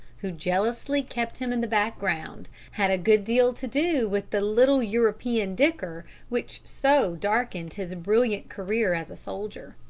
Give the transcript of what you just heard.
who jealously kept him in the background had a good deal to do with the little european dicker which so darkened his brilliant career as a soldier.